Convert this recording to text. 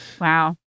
Wow